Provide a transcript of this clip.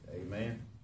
amen